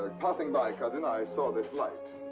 and passing by, cousin. i saw this light.